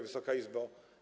Wysoka Izbo!